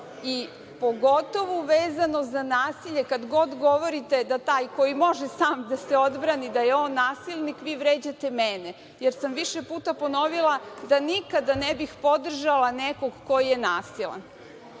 i pogotovo vezano za nasilje, kad god govorite da taj koji može sam da se odbrani da je on nasilnik, vi vređate mene, jer sam više puta ponovila da nikada ne bih podržala nekog ko je nasilan.